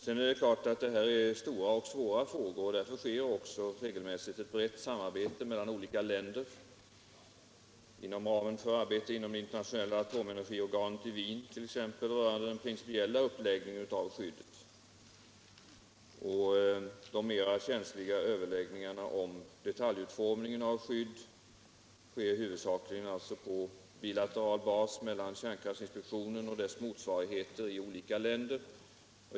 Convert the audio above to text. Det är klart att detta är stora och svåra frågor. Därför sker också ett brett samarbete mellan olika länder inom ramen för arbetet i det internationella atomenergiorganet i Wien, t.ex. rörande den principiella uppläggningen av skyddet. De mera känsliga överläggningarna om detaljutformningen av skyddsåtgärder sker huvudsakligen på bilateral bas mellan kärnkraftinspektionen och dess motsvarighet i olika länder.